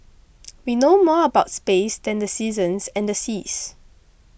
we know more about space than the seasons and the seas